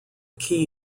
key